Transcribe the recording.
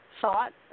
thought